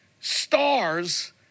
stars